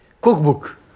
cookbook